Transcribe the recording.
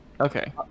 Okay